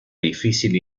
difícil